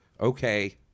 okay